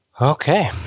Okay